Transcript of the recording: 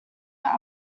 were